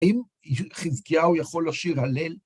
אם חזקיהו יכול לשיר הלל...